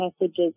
messages